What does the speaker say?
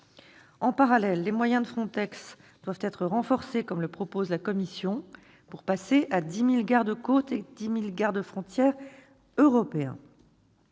Parallèlement, les moyens de FRONTEX doivent être renforcés, comme le propose la Commission, pour passer à 10 000 gardes-côtes et gardes-frontières européens.